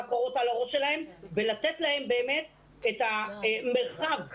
בקרות על הראש שלהם ולתת להם באמת את המרחב לעבודה,